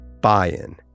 Buy-in